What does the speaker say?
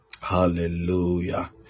hallelujah